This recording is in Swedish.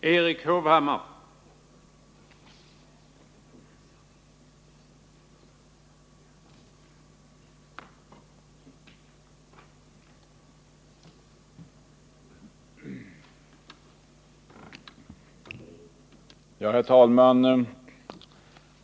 Herr talman!